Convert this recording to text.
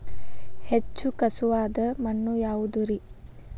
ಹೆಚ್ಚು ಖಸುವಾದ ಮಣ್ಣು ಯಾವುದು ರಿ?